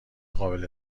قابل